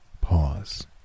pause